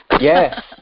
Yes